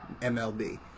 MLB